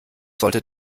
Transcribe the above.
sollte